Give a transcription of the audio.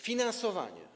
Finansowanie.